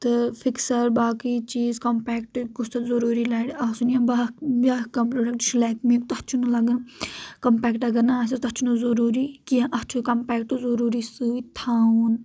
تہٕ فکسر باقٕے چیز کمپیکٹ گوٚژھ تتھ ضروری لرِ آسُن یِم باکھ بیاکھ کانٛہہ پروڈکٹ چھُ لیٚکمیُک تتھ چھُنہٕ لگان کمپیکٹ اگر نہٕ آسہِ تتھ چھُنہٕ ضروٗری کینٛہہ اتھ چھُ کمپیکٹ ضروٗری سۭتۍ تھاوُن